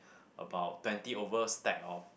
about twenty over stack of